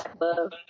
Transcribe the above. love